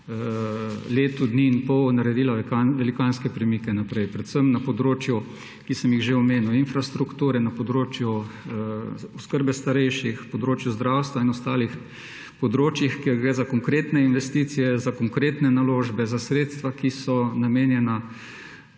letu dni in pol naredila velikanske premike naprej, predvsem na področju, ki sem jih že omenil, infrastrukture, na področju oskrbe starejših, na področju zdravstva in ostalih področjih, kjer gre za konkretne investicije, za konkretne naložbe, za sredstva, ki so namenjena